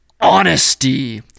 honesty